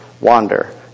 wander